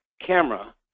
camera